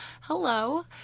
hello